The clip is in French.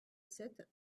sept